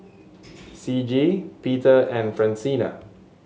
Ciji Peter and Francina